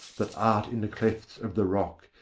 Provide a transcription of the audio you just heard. that art in the clefts of the rock,